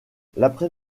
l’après